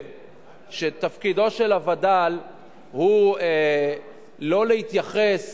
שתפקידו של הווד"ל הוא לא להתייחס